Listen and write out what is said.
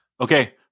Okay